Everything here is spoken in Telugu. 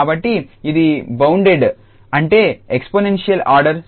కాబట్టి ఇది బౌన్డెడ్ పరిమితమై ఉంటుంది అంటే ఎక్స్పోనెన్షియల్ ఆర్డర్ 0